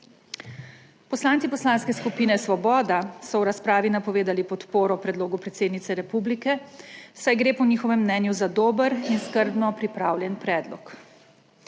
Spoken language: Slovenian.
Poslanci Poslanske skupine Svoboda so v razpravi napovedali podporo predlogu predsednice republike, saj gre po njihovem mnenju za dober in skrbno pripravljen predlog.